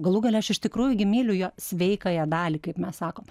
galų gale aš iš tikrųjų gi myliu jo sveikąją dalį kaip mes sakom